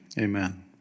amen